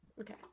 Okay